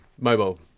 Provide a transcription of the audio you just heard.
mobile